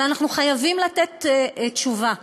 אבל אנחנו חייבים לתת תשובה,